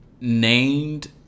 named